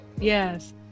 Yes